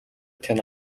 тань